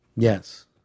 Yes